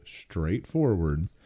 straightforward